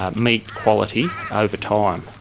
ah meat quality over time.